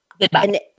goodbye